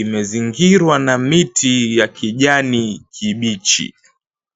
imezingirwa na miti ya kijani kibichi.